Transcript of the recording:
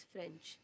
French